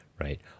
right